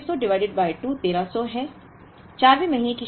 तो 2600 divided by 2 1300 है